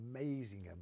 amazing